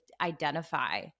identify